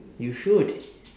you should